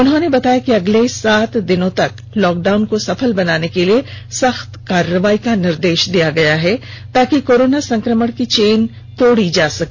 उन्होंने बताया कि अगले सात दिनों तक लॉकडाउन को सफल बनाने के लिए सख्त कार्रवाई का निर्देष दिया गया है ताकि कोरोना की चेन तोड़ी जा सके